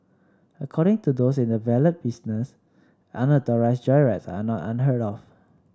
according to those in the valet business unauthorised joyrides are not unheard of